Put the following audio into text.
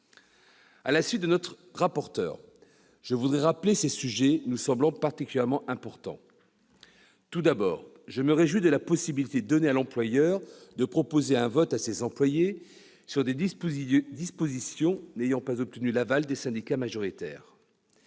À la suite de notre rapporteur, je voudrais rappeler ces sujets qui nous semblent particulièrement importants. Tout d'abord, je me réjouis de la possibilité donnée à l'employeur de proposer un vote à ses employés sur des dispositions n'ayant pas obtenu l'aval des syndicats majoritaires.